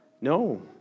No